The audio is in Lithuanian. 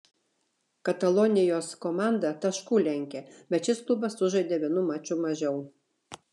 katalonijos komanda tašku lenkia bet šis klubas sužaidė vienu maču mažiau